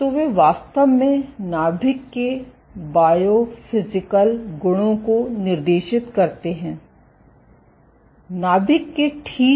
तो वे वास्तव में नाभिक के बायोफिजिकल गुणों को निर्देशित करते हैं नाभिक के ठीक